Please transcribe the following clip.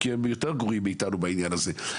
כי הם יותר גרועים מאיתנו בעניין הזה.